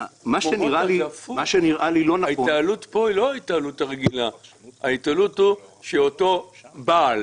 מה שנראה לי לא --- ההתנהלות פה היא שאותו הבעל